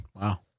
Wow